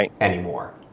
anymore